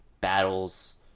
battles